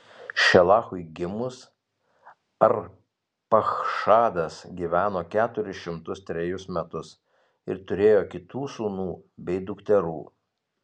šelachui gimus arpachšadas gyveno keturis šimtus trejus metus ir turėjo kitų sūnų bei dukterų